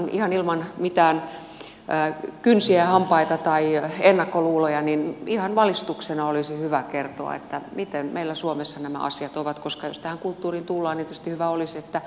eli ihan ilman mitään kynsiä hampaita tai ennakkoluuloja ihan valistuksena olisi hyvä kertoa miten meillä suomessa nämä asiat ovat koska jos tähän kulttuuriin tullaan niin tietysti hyvä olisi että